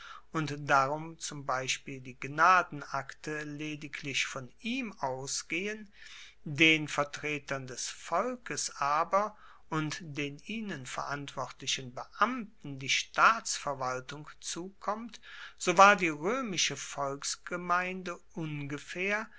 und darum zum beispiel die gnadenakte lediglich von ihm ausgehen den vertretern des volkes aber und den ihnen verantwortlichen beamten die staatsverwaltung zukommt so war die roemische volksgemeinde ungefaehr